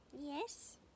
Yes